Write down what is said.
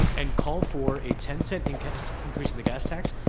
and call for a ten cent increase increase in the gas tax.